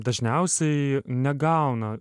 dažniausiai negauna